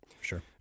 Sure